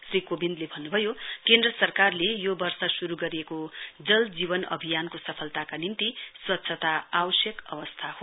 श्री कोविन्दले भन्नुभयो केन्द्र सरकारले यो वर्ष शुरू गरेको जल जीवन अभियानको सफलताको निम्ति स्वच्छता आवश्यक अवस्था हो